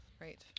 right